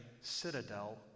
citadel